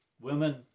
women